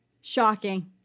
Shocking